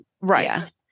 right